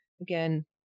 Again